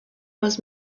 was